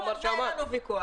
על זה אין לנו ויכוח.